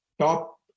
top